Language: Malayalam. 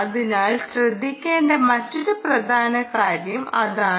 അതിനാൽ ശ്രദ്ധിക്കേണ്ട മറ്റൊരു പ്രധാന കാര്യം അതാണ്